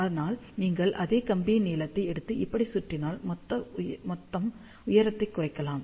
ஆனால் நீங்கள் அதே கம்பி நீளத்தை எடுத்து இப்படி சுற்றிக் கொண்டால் மொத்தம் உயரத்தை குறைக்கலாம்